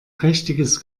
prächtiges